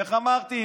איך אמרתי,